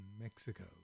Mexico